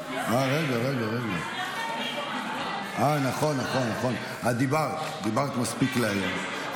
רגע, רגע, דיברת, דיברת מספיק להיום.